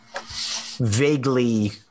vaguely